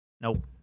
Nope